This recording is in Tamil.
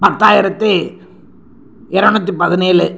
பத்தாயிரத்து எரநூற்றி பதினேழு